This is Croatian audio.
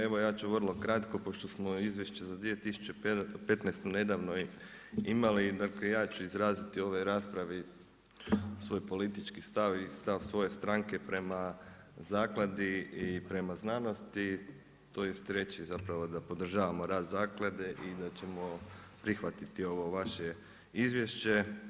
Evo ja ću vrlo kratko pošto smo izvješće za 2015. nedavno imali, dakle ja ću izraziti u ovoj raspravi svoj politički stav i stav svoje stranke prema zakladi i prema znanosti, tj., reći zapravo da podržavamo rad zaklade i da ćemo prihvatiti ovo izvješće.